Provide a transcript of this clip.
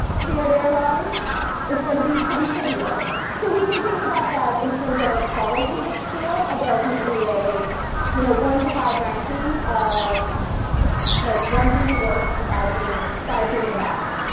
ah spirit airlines is going to be pretty hideous. so we can think about that in terms of a qualitative scale of like maybe a you know one to five ranking of like one being the worst and five being five being the best.